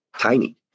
tiny